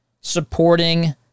supporting